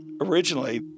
originally